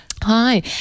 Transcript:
Hi